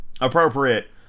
appropriate